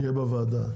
הקנסות: